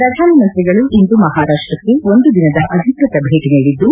ಪ್ರಧಾನಮಂತ್ರಿಗಳು ಇಂದು ಮಹಾರಾಷ್ಲಕ್ಷ ಒಂದು ದಿನದ ಅಧಿಕೃತ ಭೇಟ ನೀಡಿದ್ದು